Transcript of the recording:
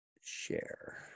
Share